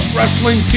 Wrestling